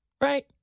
right